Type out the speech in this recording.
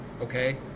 Okay